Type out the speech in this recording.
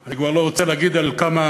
אני כבר לא רוצה להגיד כמה